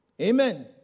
Amen